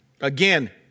Again